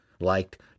liked